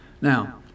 Now